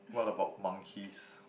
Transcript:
what about monkeys